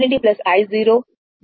కాబట్టి i 3 2